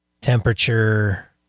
temperature